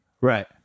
right